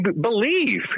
believe